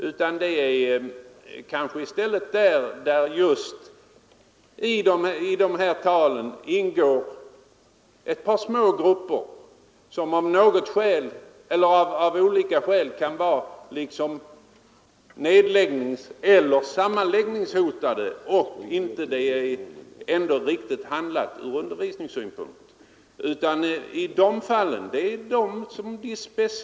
Vad vi vill peka på är att i de angivna talen följdenligt ingår mindre grupper som också de av olika skäl kan vara nedläggningseller sammanläggningshotade men där det från undervisningssynpunkt inte skulle vara rätt handlat att sammanslå grupperna.